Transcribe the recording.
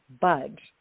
budge